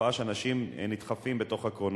לתופעה שאנשים נדחפים בתוך הקרונות,